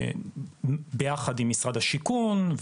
משרד הבינוי והשיכון,